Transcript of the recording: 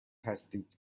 هستید